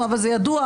אבל זה ידוע,